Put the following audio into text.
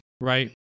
right